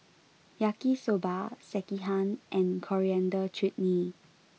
Yaki Soba Sekihan and Coriander Chutney